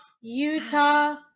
utah